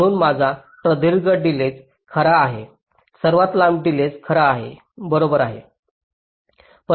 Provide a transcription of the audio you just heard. म्हणून माझा प्रदीर्घ डिलेज खरा आहे सर्वात लांब डिलेज खरा आहे बरोबर आहे